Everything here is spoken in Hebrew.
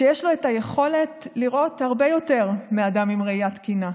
שיש לו את היכולת לראות הרבה יותר מאדם עם ראייה תקינה.